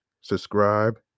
subscribe